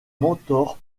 mentor